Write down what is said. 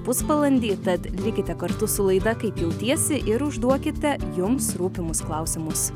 pusvalandį tad likite kartu su laida kaip jautiesi ir užduokite jums rūpimus klausimus